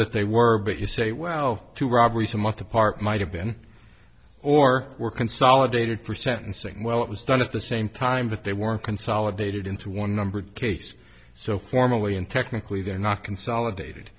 that they were but you say well to robbery some of the part might have been or were consolidated for sentencing well it was done at the same time but they weren't consolidated into one numbered case so formally in technically they are not consolidated